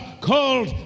called